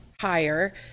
higher